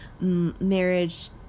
marriage